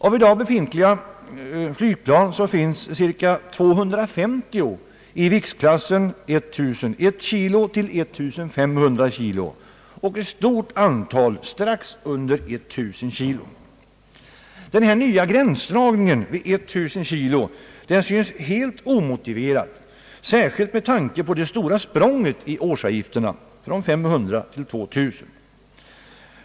Av i dag befintliga flygplan tillhör cirka 250 viktklassen 1 001— 1500 kg, och ett stort antal flygplan väger strax under 1 000 kg. Denna nya gränsdragning vid 1 000 kg synes helt omotiverad, särskilt med tanke på det stora språnget i årsavgifterna från 500 kronor till 2000 kronor.